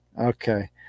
Okay